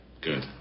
Good